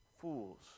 fools